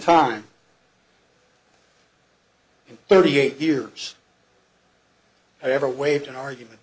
in thirty eight years i ever waved an argument